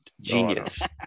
Genius